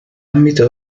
ámbito